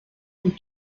und